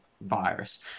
virus